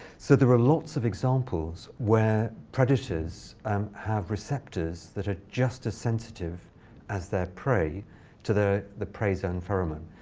so there are lots of examples where predators um have receptors that are just as sensitive as their prey to the the prey's own pheromone.